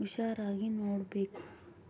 ಹುಷಾರಾಗಿ ನೋಡ್ಬೇಕು